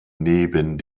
neben